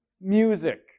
music